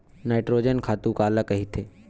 Nitrogen खातु काला कहिथे?